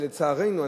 ולצערנו,